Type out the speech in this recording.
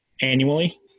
annually